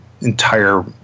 entire